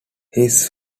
his